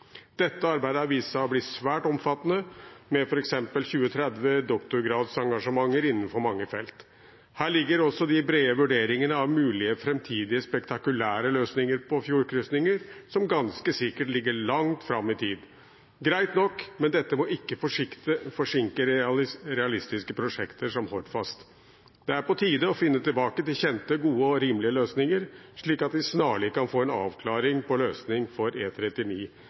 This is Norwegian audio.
Dette arbeidet har vist seg å bli svært omfattende med f.eks. 20–30 doktorgradsengasjementer innenfor mange felt. Her ligger også de brede vurderingene av mulige framtidige spektakulære løsninger på fjordkrysninger, som ganske sikkert ligger langt fram i tid. Greit nok, men dette må ikke forsinke realistiske prosjekter som Hordfast. Det er på tide å finne tilbake til kjente, gode og rimelige løsninger, slik at vi snarlig kan få en avklaring på løsning